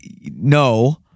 no